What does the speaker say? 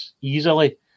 easily